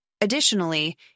Additionally